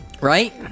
Right